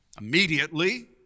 Immediately